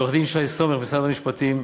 לעורך-דין שי סומך ממשרד המשפטים,